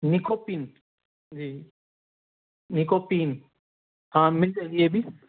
نیکوپِن جی نیکوپِین ہاں مِل جائےگی یہ بھی